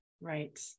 right